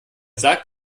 sagt